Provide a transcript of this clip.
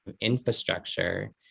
infrastructure